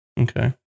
Okay